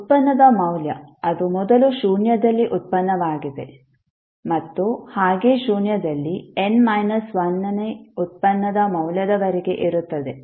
ಉತ್ಪನ್ನದ ಮೌಲ್ಯ ಅದು ಮೊದಲು ಶೂನ್ಯದಲ್ಲಿ ಉತ್ಪನ್ನವಾಗಿದೆ ಮತ್ತು ಹಾಗೆ ಶೂನ್ಯದಲ್ಲಿ n ಮೈನಸ್ 1 ನೇ ಉತ್ಪನ್ನದ ಮೌಲ್ಯದವರೆಗೆ ಇರುತ್ತದೆ